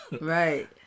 Right